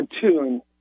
cartoon